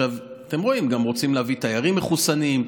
אתם רואים, גם רוצים להביא תיירים מחוסנים.